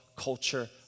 culture